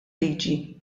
liġi